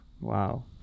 wow